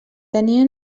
tenia